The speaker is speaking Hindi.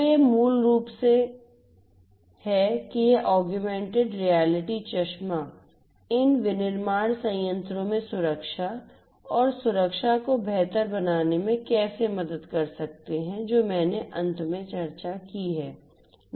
तो यह मूल रूप से है कि ये संवर्धित वास्तविकता चश्मा इन विनिर्माण संयंत्रों में सुरक्षा और सुरक्षा को बेहतर बनाने में कैसे मदद कर सकते हैं जो मैंने अंत में चर्चा की है